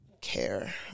Care